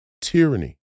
tyranny